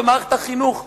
במערכת החינוך החרדית,